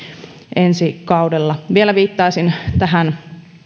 ensi kaudella vielä viittaisin näihin